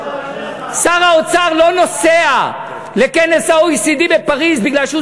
שר האוצר לא נוסע לכנס ה-OECD בפריז מפני שהוא